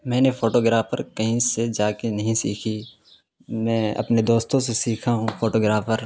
میں نے فوٹوگرافر کہیں سے جا کے نہیں سیکھی میں اپنے دوستوں سے سیکھا ہوں فوٹوگرافر